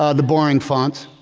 ah boring font.